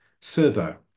Servo